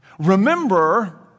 Remember